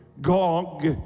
Gog